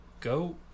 go